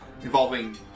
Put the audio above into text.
involving